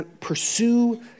Pursue